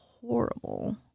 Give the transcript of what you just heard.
horrible